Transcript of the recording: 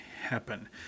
happen